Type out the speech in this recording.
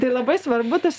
tai labai svarbu tas